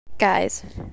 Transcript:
guys